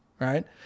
right